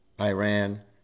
Iran